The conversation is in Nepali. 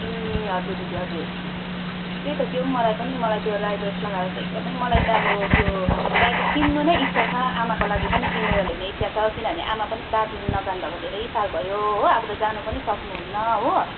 ए हजुर दिदी हजुर त्यही त त्यो पनि मलाई पनि मलाई त्यो राई ड्रेस लगाएर चाहिँ एकदमै मलाई त अब त्यो राई ड्रेस किन्नु नै इच्छा छ आमाको लागि पनि किनेर ल्याउने इच्छा छ किनभने आमा पनि दार्जिलिङ नजानु भएको धेरै साल भयो हो अब त जानु पनि सक्नुहुन्न हो